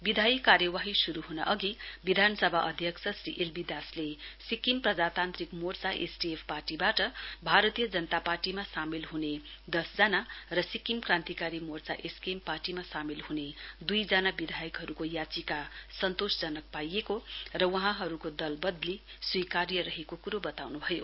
विधायी कार्यवारी श्रु हनअघि विधानसभामा अध्यक्ष श्री एलबी दासले सिक्किम प्रजातान्त्रिक मोर्चा एसडीएफ पार्टीबाट भारतीय जनता पार्टीमा सामेल ह्ने दसजना र सिक्किम क्रान्तिकारी मोर्चा एसकेएम पार्टीमा सामेल हने द्ईजना विधायकहरूको याचिका सन्तोषजनक पाइएको र वहाँहरूको दल बदली स्वीर्काय रहेको क्रो बताउन्भयो